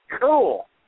cool